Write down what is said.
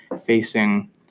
facing